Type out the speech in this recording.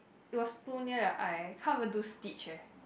it was too near the I can't even do stitch eh